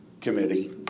committee